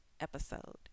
episode